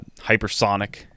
Hypersonic